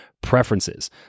preferences